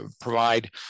provide